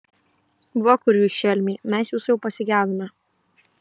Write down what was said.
va kur jūs šelmiai mes jūsų jau pasigedome